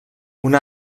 una